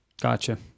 Gotcha